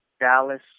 Dallas